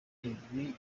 ibi